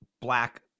black